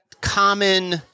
common